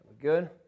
Good